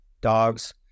dogs